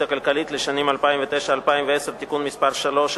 הכלכלית לשנים 2009 ו-2010) (תיקון מס' 3),